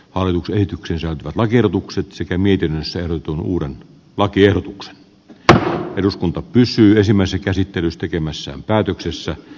olen kehityksensä lakiehdotukset sekä miten sanotun uuden lakiehdotuksen että eduskunta pysyisimme sekä sitrustekemässään päätöksessä